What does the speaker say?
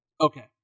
Okay